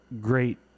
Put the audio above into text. great